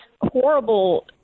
horrible